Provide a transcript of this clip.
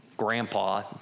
grandpa